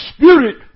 Spirit